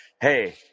Hey